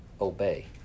obey